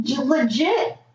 legit